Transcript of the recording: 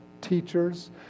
teachers